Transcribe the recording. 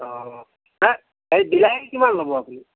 অঁ বিলাহী কিমান ল'ব আপুনি